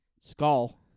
Skull